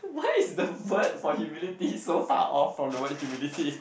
why is the word for humility so far off from the word humility